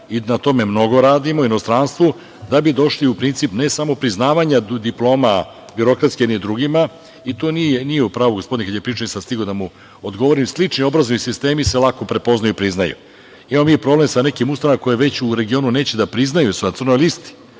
i na tome mnogo radimo, u inostranstvu, da bi došli u princip ne samo priznavanja diploma, birokratski, jedni drugima, i tu nije u pravu gospodin kad je pričao, nisam stigao da mu odgovorim - slični obrazovni sistemi se lako prepoznaju i priznaju. Imamo mi problem sa nekim ustanovama koje već u regionu neće da priznaju, sad su na listi.